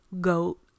goat